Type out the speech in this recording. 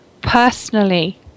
personally